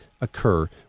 occur